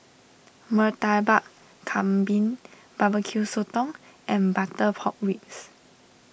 Murtabak Kambing BBQ Sotong and Butter Pork Ribs